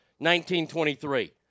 1923